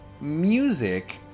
music